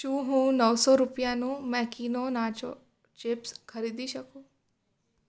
શું હું નવસો રૂપિયાનું મેકિનો નાચો ચિપ્સ ખરીદી શકું